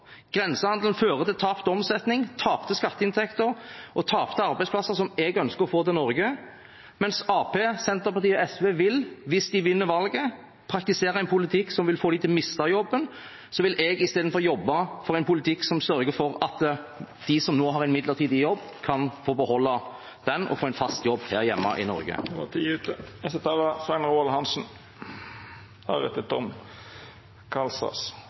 Grensehandelen fører til tapt omsetning, tapte skatteinntekter og tapte arbeidsplasser, som jeg ønsker å få til Norge. Mens Arbeiderpartiet, Senterpartiet og SV vil – hvis de vinner valget – praktisere en politikk som vil få dem til å miste jobben, vil jeg i stedet jobbe for en politikk som sørger for at de som nå har en midlertidig jobb, kan få beholde den og få en fast jobb her hjemme i Norge. Då er tida ute.